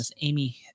Amy